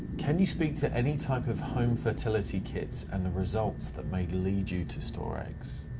can you speak to any type of home fertility kits and the results that may lead you to store eggs?